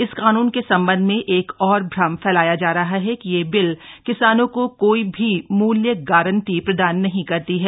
इस कानून के संबंध में एक और भ्रम फैलाया जा रहा है कि यह बिल किसानों को कोई भी मूल्य गारंटी प्रदान नहीं करती है